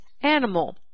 animal